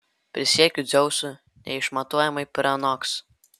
prisiekiu dzeusu neišmatuojamai pranoks